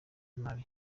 nabi